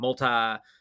multi